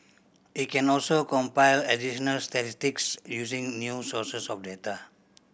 it can also compile additional statistics using new sources of data